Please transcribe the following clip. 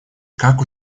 как